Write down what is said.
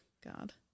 God